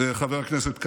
חבר הכנסת כץ.